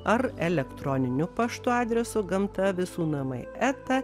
ar elektroniniu paštu adresu gamta visų namai eta